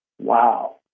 Wow